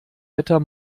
wetter